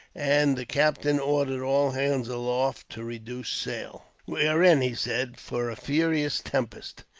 and the captain ordered all hands aloft to reduce sail. we are in, he said, for a furious tempest.